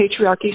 patriarchy